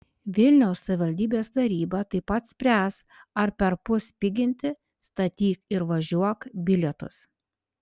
vilniaus savivaldybės taryba taip pat spręs ar perpus piginti statyk ir važiuok bilietus